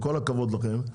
עם כל הכבוד לכם,